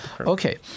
Okay